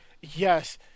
Yes